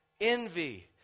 envy